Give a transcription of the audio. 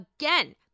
again